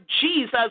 Jesus